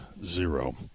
Zero